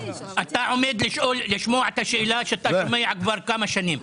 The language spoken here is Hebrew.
אתה עומד לשמוע את השאלה שאתה שומע כבר כמה שנים,